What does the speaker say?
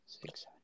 six